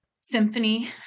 symphony